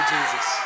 Jesus